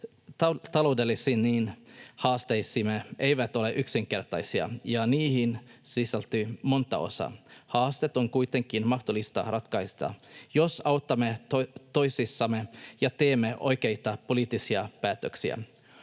taloudellisiin haasteisiimme eivät ole yksinkertaisia, ja niihin sisältyy monta osaa. Haasteet on kuitenkin mahdollista ratkaista, jos autamme toisiamme ja teemme oikeita poliittisia päätöksiä.